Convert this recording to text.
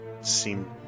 Seem